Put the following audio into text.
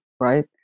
right